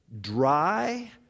dry